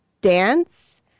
dance